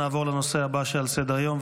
נעבור לנושא הבא שעל סדר-היום,